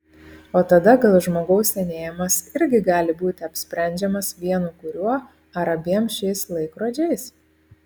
o tada gal žmogaus senėjimas irgi gali būti apsprendžiamas vienu kuriuo ar abiem šiais laikrodžiais